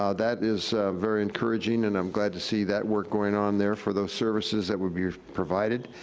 ah that is very encouraging and i'm glad to see that work going on there for those services that would be provided.